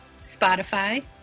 Spotify